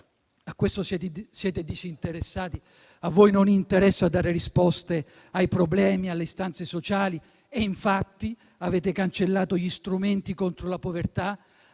questo siete disinteressati: a voi non interessa dare risposte ai problemi, alle istanze sociali, e infatti avete cancellato gli strumenti contro la povertà;